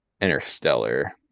Interstellar